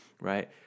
right